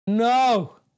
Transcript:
No